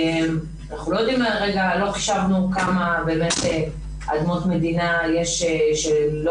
לא חישבנו כמה אדמות מדינה יש שהן לא